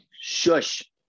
Shush